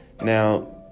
Now